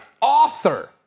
author